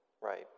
right